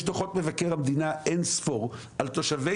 יש דוחות מבקר המדינה אינספור על תושבי